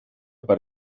per